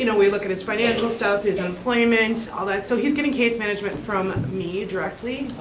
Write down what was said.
you know we look at his financial stuff, his employment, all that, so he's getting case management from me directly.